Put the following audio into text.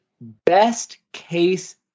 best-case